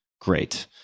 Great